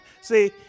see